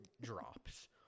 drops